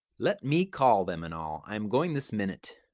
let me call them and all i am going this minute.